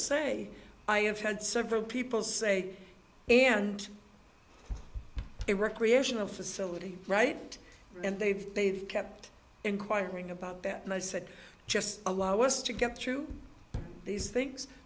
say i have had several people say and a recreational facility right and they've kept inquiring about that and i said just allow us to get through these things